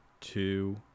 two